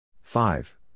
Five